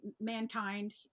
mankind